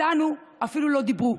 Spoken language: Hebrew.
איתנו אפילו לא דיברו,